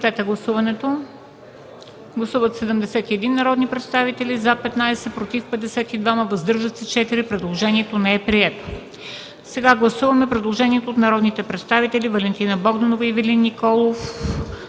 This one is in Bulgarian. Сега гласуваме предложението на народните представители